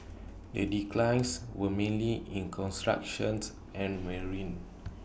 the declines were mainly in constructions and marine